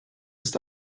ist